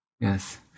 Yes